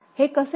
हे कसे आहे